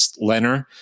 Leonard